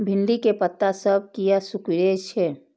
भिंडी के पत्ता सब किया सुकूरे छे?